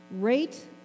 Rate